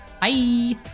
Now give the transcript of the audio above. Bye